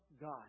God